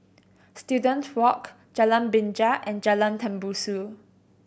Student Walk Jalan Binja and Jalan Tembusu